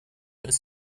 ist